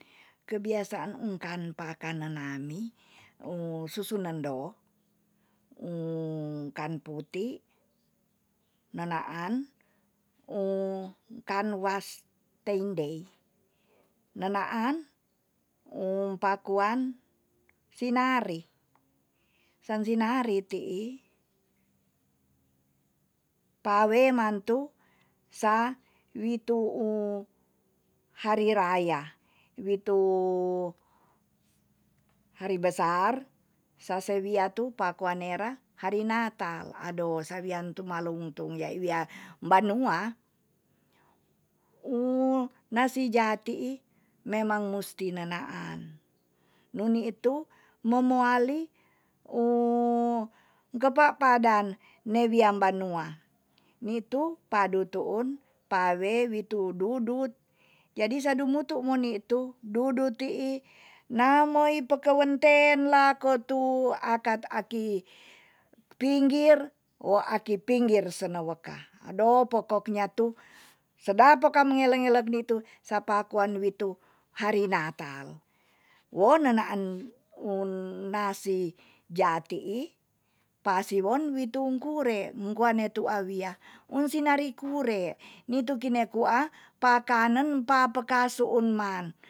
Kebiasaan um kan paakan nenami susunendo, kan puti, nena an kan was teindei. nena an um pakuan sinari, san sinari ti'i pawen mantu sa witu u hari raya, witu hari besar, sa se wia tu pakua nera hari natal. ado sa wian tumaluntung yai wia banu nasi ja ti'i memang musti nena an. nu ni itu memoali kepak padan ne wian banua. ni tu padu tuun pawe witu dudut, jadi sa du mutu mo ni tu dudut ti'i namoi pakewen ten lako tu akar aki pinggir, wo aki pinggir seneweka. ado pokoknya tu sedap poka mengele ngelek ni tu sapakoan witu hari natal. wo nena an won nasi ja ti pa siwon wi tum kure mengkuan tu'a wia un sinari kure, ni tu kine kua pakanen pa pekasu un man